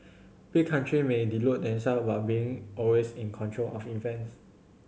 big country may delude themselves about being always in control of events